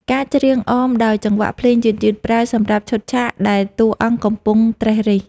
ការច្រៀងអមដោយចង្វាក់ភ្លេងយឺតៗ ប្រើសម្រាប់ឈុតឆាកដែលតួអង្គកំពុងត្រិះរិះ។